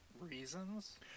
reasons